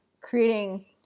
creating